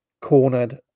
cornered